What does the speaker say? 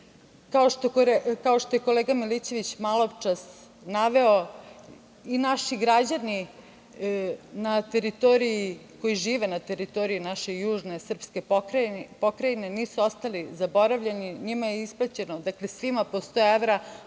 kao što je kolega Milićević maločas naveo, i naši građani koji žive na teritoriji naže južne srpske pokrajine nisu ostali zaboravljeni. Njima je isplaćeno po 100 evra,